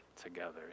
together